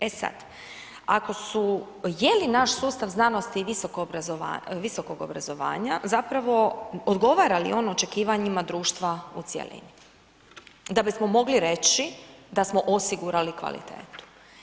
E sad, ako su, je li naš sustav znanosti i visokog obrazovanja, zapravo odgovara li on očekivanjima društva u cjelini da bismo mogli reći da smo osigurali kvalitetu?